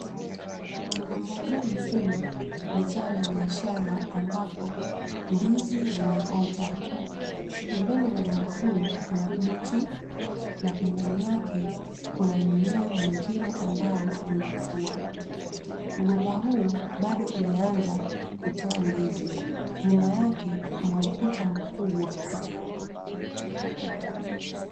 Mgomba huu mkubwa ni zao la biashara ambapo ndizi zinaota. Pembeni ya mgomba huu kuna mti na pembeni yake kuna mmea mwingine ambao unakua. Mgomba huu bado hujaanza kutoa ndizi, nyuma yake kuna ukuta mkubwa.